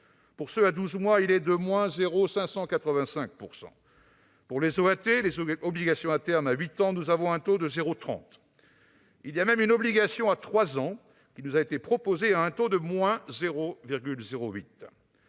Pour ceux à 12 mois, il est de-0,585 %. Pour les obligations à terme à 8 ans, nous avons un taux de 0,30 %. Il y a même une obligation à 3 ans qui nous a été proposée à un taux de-0,08 %.